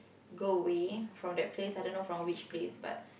go away from that place I don't know from which place but